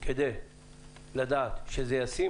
כדי לדעת שזה ישים